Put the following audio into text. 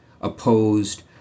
opposed